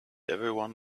everyone